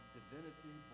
divinity